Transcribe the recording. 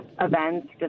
events